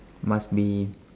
must be